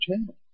channel